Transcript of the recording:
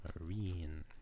Marine